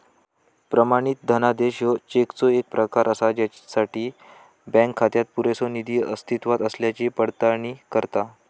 प्रमाणित धनादेश ह्यो चेकचो येक प्रकार असा ज्यासाठी बँक खात्यात पुरेसो निधी अस्तित्वात असल्याची पडताळणी करता